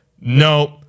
nope